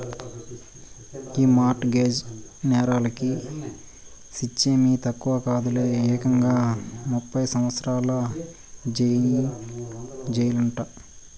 ఈ mortgage నేరాలకి శిచ్చేమీ తక్కువ కాదులే, ఏకంగా ముప్పై సంవత్సరాల జెయిలంట